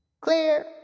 Clear